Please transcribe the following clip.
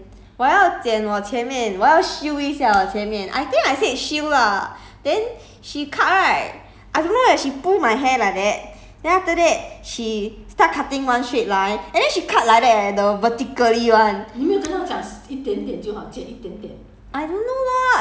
I I go the opposite one right I say err 我要剪我要剪我前面我要修一下我前面 I think I said 修 lah then she cut right I don't know leh she pull my hair like that then after that she start cutting one straight line and then she cut like that leh the vertically [one]